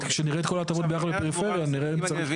כשנראה את כל ההטבות ביחד לפריפריה, נראה אם צריך.